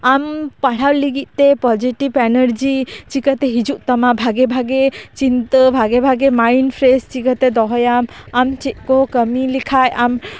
ᱟᱢ ᱯᱟᱲᱦᱟᱣ ᱞᱟᱹᱜᱤᱫ ᱛᱮ ᱯᱚᱡᱮᱴᱤᱵᱷ ᱮᱱᱟᱨᱡᱤ ᱪᱤᱠᱟᱹᱛᱮ ᱦᱤᱡᱩᱜ ᱛᱟᱢᱟ ᱵᱷᱟᱜᱮ ᱵᱷᱟᱜᱮ ᱪᱤᱱᱛᱟᱹ ᱵᱷᱟᱜᱮ ᱵᱷᱟᱜᱮ ᱢᱟᱭᱤᱱᱰ ᱯᱷᱮᱨᱮᱥ ᱪᱤᱠᱟᱹᱛᱮ ᱫᱚᱦᱚᱭᱟᱢ ᱟᱢ ᱪᱮᱫ ᱠᱚ ᱠᱟᱹᱢᱤ ᱞᱮᱠᱷᱟᱡ ᱟᱢ